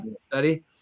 study